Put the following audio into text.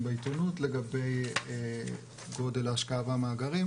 בעיתונות לגבי גודל ההשקעה במאגרים